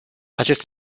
acest